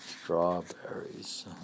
strawberries